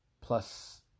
plus